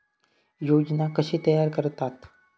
योजना कशे तयार करतात?